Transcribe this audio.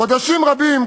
חודשים רבים,